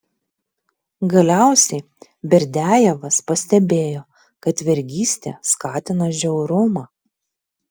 galiausiai berdiajevas pastebėjo kad vergystė skatina žiaurumą